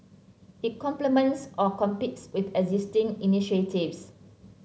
it complements or competes with existing initiatives